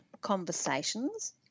conversations